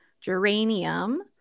geranium